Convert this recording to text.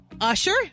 Usher